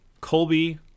Colby